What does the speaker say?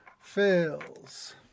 fails